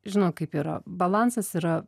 žinot kaip yra balansas yra